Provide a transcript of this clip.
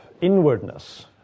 inwardness